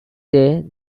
day